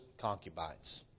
concubines